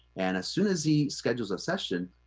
and as soon as he schedules a session,